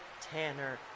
Tanner